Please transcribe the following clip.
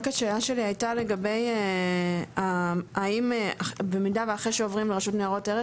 רק השאלה שלי הייתה האם במידה ואחרי שעוברים לרשות נירות ערך,